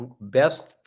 best